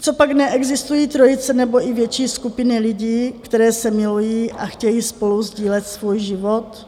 Copak neexistují trojice nebo i větší skupiny lidí, které se milují a chtějí spolu sdílet svůj život?